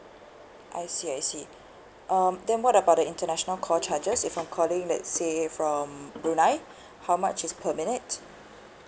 I see I see um then what about the international call charges if I'm calling let's say from brunei how much is per minute